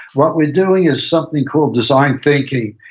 what we're doing is something called design thinking,